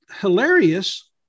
hilarious